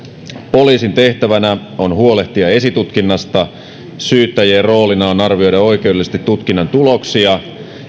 poliisin tehtävänä on huolehtia esitutkinnasta syyttäjien roolina on arvioida oikeudellisesti tutkinnan tuloksia